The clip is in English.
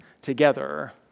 together